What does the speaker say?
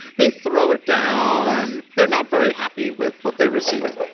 they throw it down, they're not very happy with what they receive.